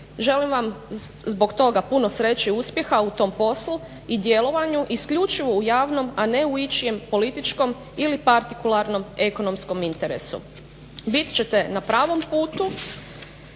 Želim vam zbog toga puno sreće i uspjeha u tom poslu i djelovanju isključivo u javnom a ne u ičijem političkom ili partikularnom ekonomskom interesu. Bit ćete na pravom putu